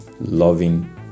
loving